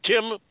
Tim